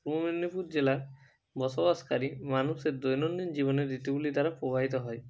পূর্ব মেদিনীপুর জেলা বসবাসকারী মানুষের দৈনন্দিন জীবনের ঋতুগুলি দ্বারা প্রবাহিত হয়